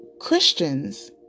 Christians